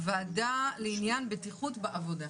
הוועדה לעניין בטיחות בעבודה.